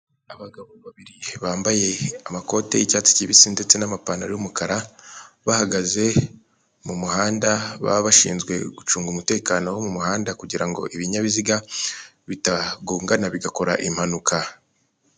Abagabo babiri bambaye amakoti y'icyatsi kibisi ndetse n'amapantaro y'umukara, bahagaze mu muhanda baba bashinzwe gucunga umutekano wo mu muhanda kugira ngo ibinyabiziga bitagongana bigakora impanuka.